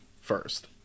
first